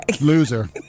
Loser